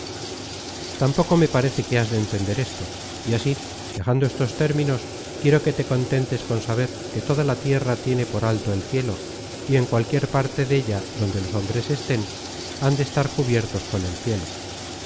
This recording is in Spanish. tampoco me parece que has de entender esto y así dejando estos términos quiero que te contentes con saber que toda la tierra tiene por alto el cielo y en cualquier parte della donde los hombres estén han de estar cubiertos con el cielo